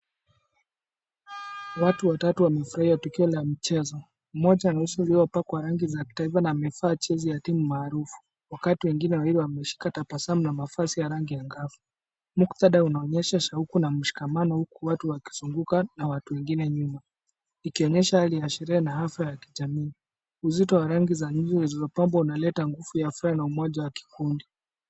Watu watatu wamefurahia tukio la mchezo. Mmoja ana uso uliopakwa rangi za kitaifa na amevaa jezi ya timu maarufu. Wakati wengine wawili wameshika tabasamu na mavazi ya rangi ya angavu. Mkutadhaa unaonyesha shauku na mshikamano, huku watu wakizunguka na watu wengine nyuma. Ikionyesha hali ya sherehe na afya ya kijamii, uzito wa rangi za nguvu zilizopambwa unaleta nguvu ya furaha na umoja wa kikundi.